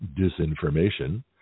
disinformation